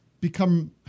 become